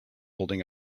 holding